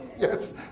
Yes